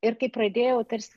ir kai pradėjau tarsi